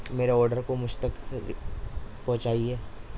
میرے آڈر کو مجھ تک پہنچائیے